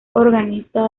organista